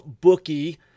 bookie